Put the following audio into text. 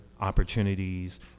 opportunities